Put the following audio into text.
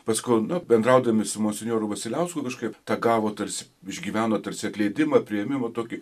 paskui nu bendraudami su monsinjoru vasiliausku kažkaip tegavo tarsi išgyveno tarsi atleidimą priėmimą tokį